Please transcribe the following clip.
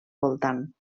voltant